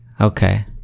Okay